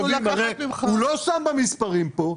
הוא לא שם במספרים כאן,